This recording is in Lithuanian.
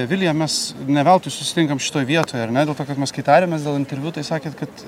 vilija mes ne veltui susitinkam šitoj vietoj ar ne dėl to kad mes kai tarėmės dėl interviu tai sakėt kad